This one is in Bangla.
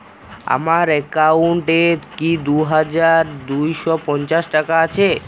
আমার অ্যাকাউন্ট এ কি দুই হাজার দুই শ পঞ্চাশ টাকা আছে?